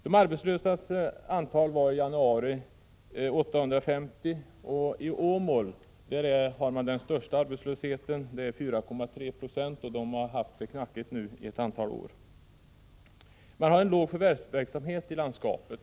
De arbetslösas antal var i januari 850. I Åmål har man den största arbetslösheten — där är den 4,3 20. Där har man haft det knackigt i ett antal år nu. Man har en låg förvärvsverksamhet i landskapet.